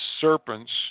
serpents